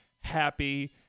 happy